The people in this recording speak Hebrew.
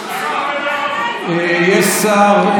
יש שר.